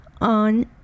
on